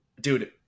Dude